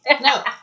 No